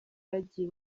yagiye